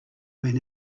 man